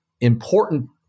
important